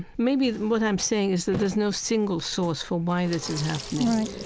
maybe what i'm saying is that there's no single source for why this is happening right.